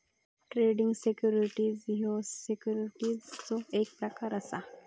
trading securities ह्यो सिक्युरिटीजचो एक प्रकार असा